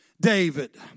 David